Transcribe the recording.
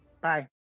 Bye